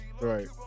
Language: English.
Right